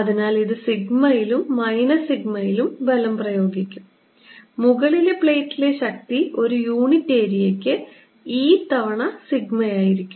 അതിനാൽ ഇത് സിഗ്മയിലും മൈനസ് സിഗ്മയിലും ബലം പ്രയോഗിക്കും മുകളിലെ പ്ലേറ്റിലെ ശക്തി ഒരു യൂണിറ്റ് ഏരിയയ്ക്ക് E തവണ സിഗ്മ ആയിരിക്കും